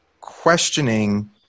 questioning